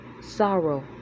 sorrow